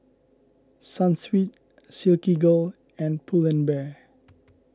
Sunsweet Silkygirl and Pull and Bear